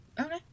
okay